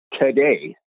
today